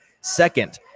Second